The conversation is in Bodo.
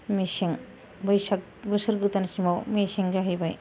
मेसें बैसाग बोसोर गोदानसिमआव मेसें जाहैबाय